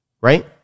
Right